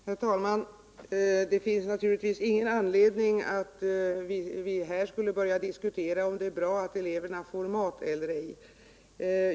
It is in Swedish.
Herr talman! Det föreligger naturligtvis ingen anledning att här diskutera om det är bra att eleverna får mat eller inte.